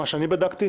לפי מה שאני בדקתי.